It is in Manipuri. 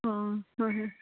ꯎꯝ ꯍꯣꯏ ꯍꯣꯏ